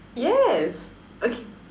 yes okay